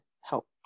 help